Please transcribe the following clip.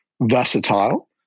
versatile